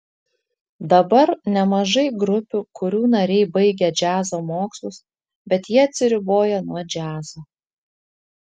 dabar nemažai grupių kurių nariai baigę džiazo mokslus bet jie atsiriboja nuo džiazo